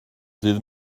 ddydd